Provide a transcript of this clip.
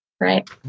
right